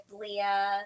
Leah